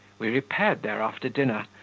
we repaired there after dinner,